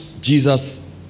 Jesus